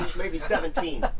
maybe seventeen!